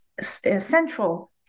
central